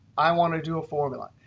i want to do a formula.